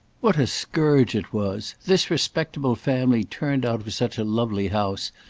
what a scourge it was! this respectable family turned out of such a lovely house,